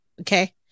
okay